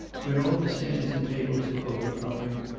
when all the stands and tables were overflowing,